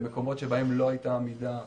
במקומות שבהם לא הייתה עמידה,